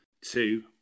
two